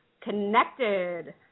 connected